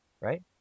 right